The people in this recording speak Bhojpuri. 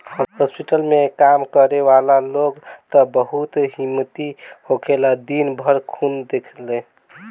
हॉस्पिटल में काम करे वाला लोग त बहुत हिम्मती होखेलन दिन भर खून देखेले